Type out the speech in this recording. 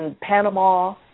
Panama